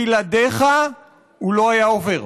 בלעדיך הוא לא היה עובר.